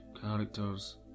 characters